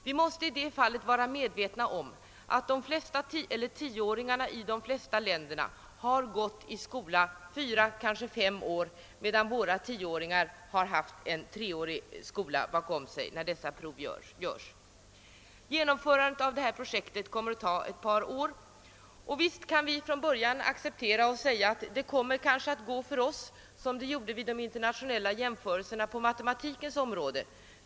Vi måste i det fallet vara medvetna om att tioåringarna i de flesta länder har gått i skola fyra eller kanske fem år medan våra tioåringar har en treårig skola bakom sig när dessa prov görs. Genomförandet av projektet kommer att ta ett par år. Och visst kan vi från början acceptera situationen och säga att det här kommer att gå som det gjorde för oss vid de internationella jämförelserna på matematikens område —-.